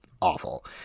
awful